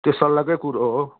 त्यो सल्लाहकै कुरो हो